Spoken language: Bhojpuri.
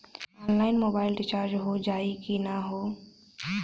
ऑनलाइन मोबाइल रिचार्ज हो जाई की ना हो?